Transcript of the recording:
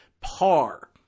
par